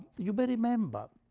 you may remember